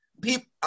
people